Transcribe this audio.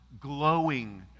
glowing